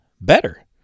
better